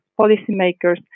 policymakers